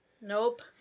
Nope